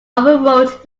overwrought